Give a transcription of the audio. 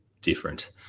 different